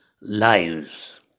lives